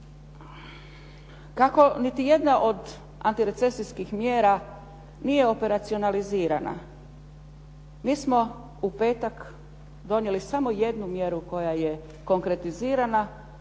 Kako niti jedna od antirecesijskih mjera nije operacionalizirana? Mi smo u petak donijeli samo jednu mjeru koja je konkretizirana,